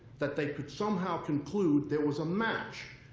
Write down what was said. that they could somehow conclude there was a match.